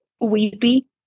weepy